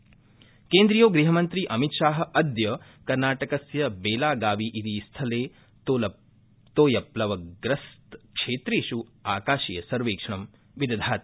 अमितशाह कर्नाटक केन्द्रीयो गृहमन्त्री अमितशाह अद्य कर्नाटकस्य बेलागावी इति स्थले तोयप्लवग्रस्तक्षेत्रेषु आकाशीयसर्वेक्षणं विदधाति